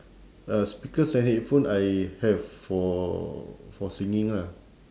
uh speakers and headphone I have for for singing lah